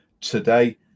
today